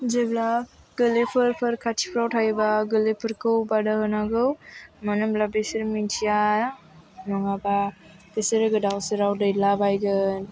जेब्ला गोरलैफोर खाथियाव थायोबा गोरलैफोरखौ बादा होनांगौ मानो होनब्ला बेसोर मिथिया नङाबा बिसोरो गोदाव सोराव दैखांलाबायगोन